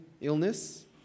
illness